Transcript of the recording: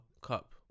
Cup